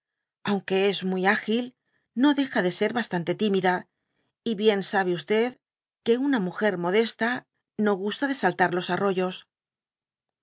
aunque es muy á il ao deja de ser bastante tímida y bien sabe que una muger modesta no gusta de saltarlos tomo